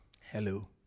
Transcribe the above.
Hello